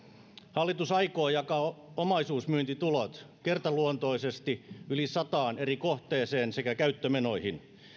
hallitus aikoo jakaa omaisuusmyyntitulot kertaluontoisesti yli sataan eri kohteeseen sekä käyttömenoihin